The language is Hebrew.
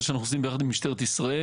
שאנחנו עושים יחד עם משטרת ישראל,